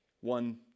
one